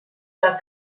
del